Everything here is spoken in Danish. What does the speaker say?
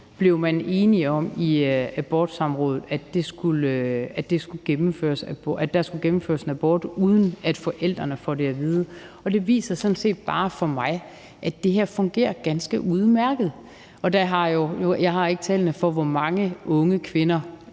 blev man i abortsamrådet enige om, at der skulle gennemføres en abort, uden forældrene ville få det at vide. For mig at se viser det sådan set bare, at det her fungerer ganske udmærket. Jeg har ikke tallene for, hvor mange unge kvinder,